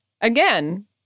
again